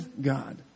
God